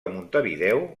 montevideo